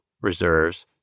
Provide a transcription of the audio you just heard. reserves